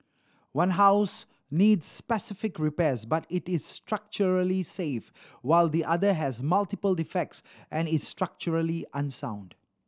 one house needs specific repairs but it is structurally safe while the other has multiple defects and is structurally unsound